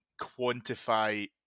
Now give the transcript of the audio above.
quantify